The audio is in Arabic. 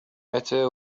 أتى